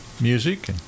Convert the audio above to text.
music